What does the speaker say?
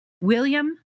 William